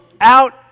out